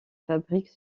fabrique